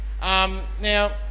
Now